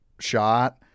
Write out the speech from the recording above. shot